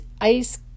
ice